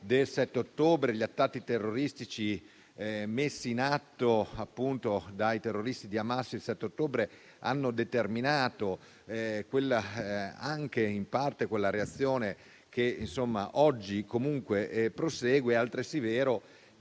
del 7 ottobre, gli attacchi terroristici messi in atto dai terroristi di Hamas il 7 ottobre hanno determinato anche in parte quella reazione che oggi prosegue, è altresì vero